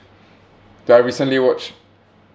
do I recently watch